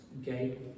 okay